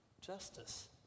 justice